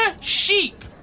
sheep